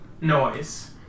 noise